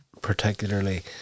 particularly